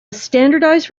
standardised